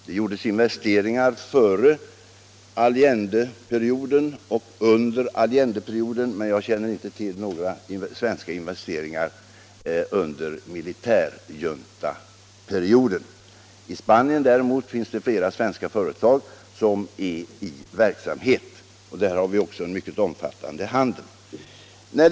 Det investerades där före Allendeperioden och under Allendeperioden, men jag känner inte till några svenska investeringar under militärjuntaperioden. I Spanien finns det däremot flera svenska företag som är i verksamhet, och med Spanien har vi också en mycket omfattande handel.